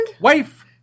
Wife